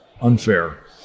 unfair